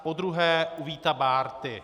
Podruhé u Víta Bárty.